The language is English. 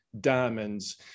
diamonds